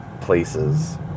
places